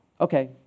okay